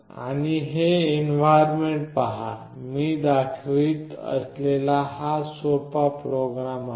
आपण हे एन्व्हारमेन्ट पहा मी दाखवित असलेला हा सोपा प्रोग्राम आहे